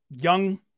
young